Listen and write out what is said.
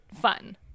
fun